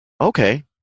okay